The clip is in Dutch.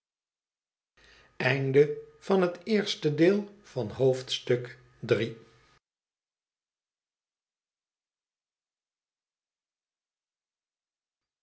hoofdstuk van het eerste deel van het